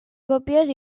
còpies